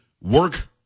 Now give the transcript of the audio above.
work